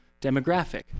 demographic